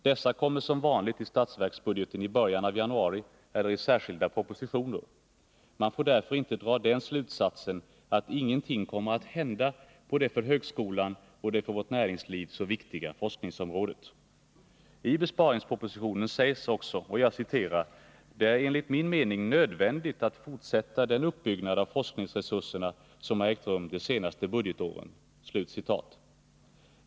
Dessa kommer som vanligt i statsverksbudgeten i början av januari eller i särskilda propositioner. Man får därför inte dra den slutsatsen att ingenting kommer att hända på det för högskolan och vårt näringsliv så viktiga forskningsområdet. I besparingspropositionen sägs också: Det är enligt min mening nödvändigt att fortsätta den uppbyggnad av forskningsresurserna som har ägt rum de senaste budgetåren.